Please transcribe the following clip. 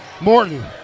Morton